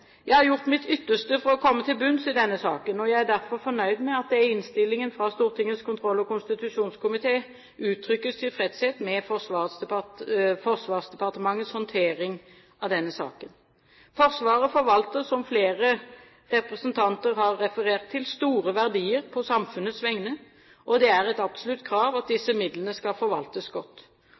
Jeg har gjort mitt ytterste for å komme til bunns i denne saken. Jeg er derfor fornøyd med at det i innstillingen fra Stortingets kontroll- og konstitusjonskomité uttrykkes tilfredshet med Forsvarsdepartementets håndtering av denne saken. Forsvaret forvalter, som flere representanter har referert til, store verdier på samfunnets vegne, og det er et absolutt krav at disse midlene skal forvaltes godt.